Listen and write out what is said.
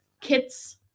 Kit's